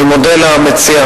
אני מודה למציע,